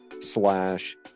slash